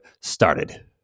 started